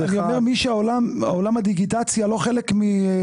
אני מדבר על מי שעולם הדיגיטציה הוא לא חלק מחייו.